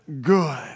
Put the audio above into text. good